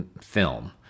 film